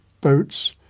boats